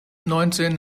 neunzehn